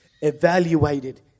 Evaluated